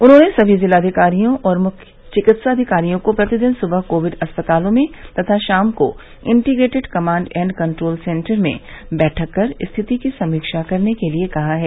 उन्होंने सभी जिलाधिकारियों और मुख्य चिकित्साधिकारियों को प्रतिदिन सुबह कोविड अस्पतालों में तथा शाम को integrated command and control centre में बैठक कर स्थिति की समीक्षा करने के लिए कहा है